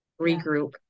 regroup